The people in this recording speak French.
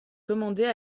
commandées